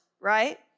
right